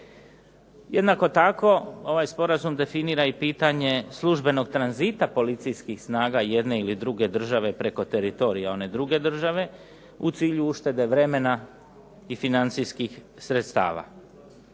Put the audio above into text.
Jednako tako ovaj sporazum definira i pitanje službenog tranzita policijskih snaga jedne ili druge države preko teritorija one druge države u cilju uštede vremena i financijskih sredstava.